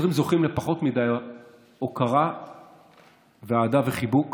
השוטרים זוכים לפחות מדי הוקרה ואהדה וחיבוק